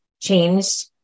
changed